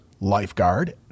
lifeguard